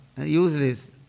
useless